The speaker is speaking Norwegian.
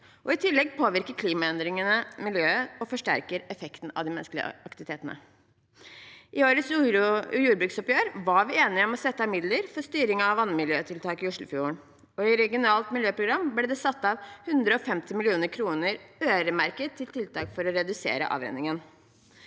I tillegg påvirker klimaendringene miljøet og forsterker effekten av de menneskelige aktivitetene. I årets jordbruksoppgjør var vi enige om å sette av midler til styring av vannmiljøtiltak i Oslofjorden, og i regionalt miljøprogram ble det satt av 150 mill. kr øremerket til tiltak for å redusere avrenningen.